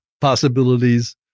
possibilities